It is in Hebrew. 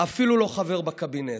אפילו לא חבר בקבינט.